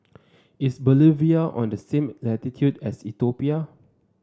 is Bolivia on the same latitude as Ethiopia